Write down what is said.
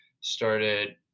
started